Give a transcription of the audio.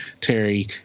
Terry